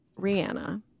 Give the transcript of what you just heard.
Rihanna